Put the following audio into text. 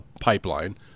pipeline